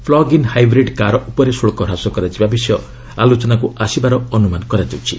plug in hybrid car ଉପରେ ଶୁଳ୍କ ହ୍ରାସ କରାଯିବା ବିଷୟ ଆଲୋଚନାକୁ ଆସିବାର ଅନୁମାନ କରାଯାଉଛି